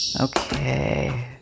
okay